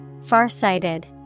Farsighted